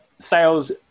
sales